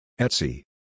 Etsy